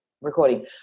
recording